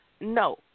No